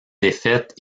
défaite